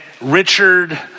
Richard